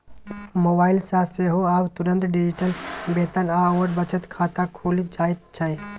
mobile सँ सेहो आब तुरंत डिजिटल वेतन आओर बचत खाता खुलि जाइत छै